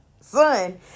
son